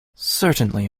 certainly